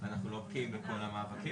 שינינו והיינו קשובים.